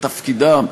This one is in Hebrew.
את תפקידם,